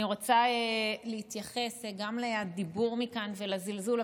אני רוצה להתייחס גם לדיבור מכאן ולזלזול,